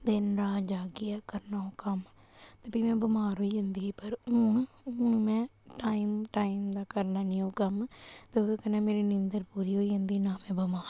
दिन रात जागियै करना ओह् कम्म ते फ्ही में बमार होई जंदी ही पर हून हून में टाइम टाइम दा करी लैन्नी ओह् कम्म ते ओह्दे कन्नै मेरी नींदर पूरी होई जंदी न में बमार होन्नी